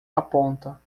aponta